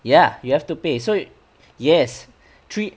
ya you have to pay so yes three